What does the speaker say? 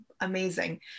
amazing